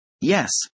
Yes